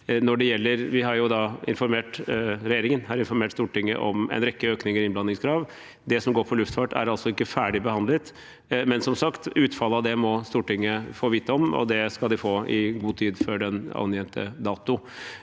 har informert Stortinget om en rekke økninger i innblandingskrav. Det som går på luftfart, er altså ikke ferdig behandlet. Som sagt må Stortinget få vite om utfallet av det, og det skal de få i god tid før den angitte dato.